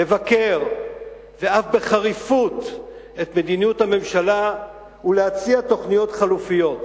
לבקר ואף בחריפות את מדיניות הממשלה ולהציע תוכניות חלופיות.